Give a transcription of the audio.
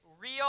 real